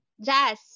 Jazz